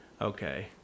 Okay